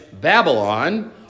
Babylon